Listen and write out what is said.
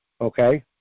okay